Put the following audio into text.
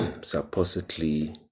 supposedly